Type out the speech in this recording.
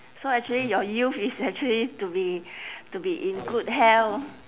so actually your youth is actually to be to be in good health